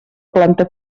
planta